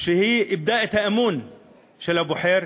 שאיבדה את האמון של הבוחר,